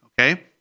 Okay